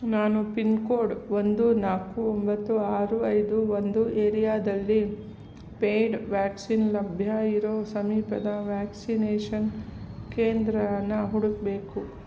ನಾನು ಪಿನ್ಕೋಡ್ ಒಂದು ನಾಲ್ಕು ಒಂಬತ್ತು ಆರು ಐದು ಒಂದು ಏರಿಯಾದಲ್ಲಿ ಪೇಯ್ಡ್ ವ್ಯಾಕ್ಸಿನ್ ಲಭ್ಯ ಇರೋ ಸಮೀಪದ ವ್ಯಾಕ್ಸಿನೇಷನ್ ಕೇಂದ್ರನ ಹುಡುಕಬೇಕು